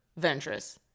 Ventress